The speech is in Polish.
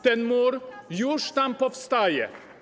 Ten mur już tam powstaje.